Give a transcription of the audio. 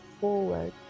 forward